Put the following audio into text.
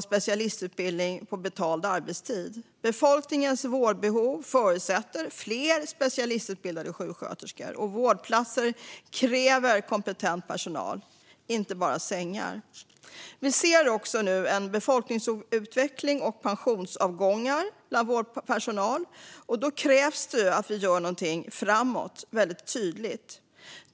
specialistutbildning på betald arbetstid. Befolkningens vårdbehov förutsätter fler specialistutbildade sjuksköterskor, och vårdplatser kräver kompetent personal - inte bara sängar. Vi ser nu också en befolkningsutveckling och pensionsavgångar bland vår personal, och då krävs det också att vi gör något framåtriktat.